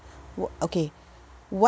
wha~ okay what